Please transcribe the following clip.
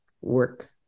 work